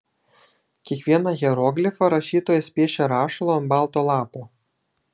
kiekvieną hieroglifą rašytojas piešia rašalu ant balto lapo